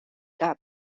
cap